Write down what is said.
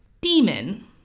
Demon